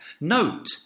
Note